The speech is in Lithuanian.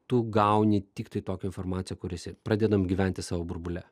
tu gauni tiktai tokią informaciją kur esi pradedam gyventi savo burbule